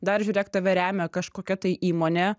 dar žiūrėk tave remia kažkokia tai įmonė